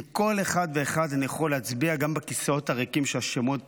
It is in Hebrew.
עם כל אחד ואחד אני יכול להצביע גם בכיסאות הריקים שהשמות